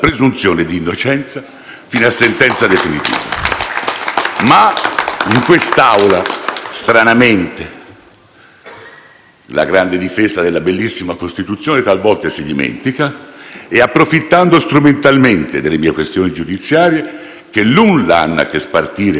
Ma in quest'Aula, stranamente, la grande difesa della bellissima Costituzione talvolta si dimentica e si approfitta strumentalmente delle mie questioni giudiziarie, che nulla hanno a che spartire con la mia e con la nostra azione politica,